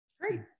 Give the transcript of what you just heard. Great